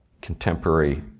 contemporary